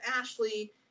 Ashley